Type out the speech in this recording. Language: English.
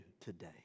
today